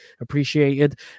appreciated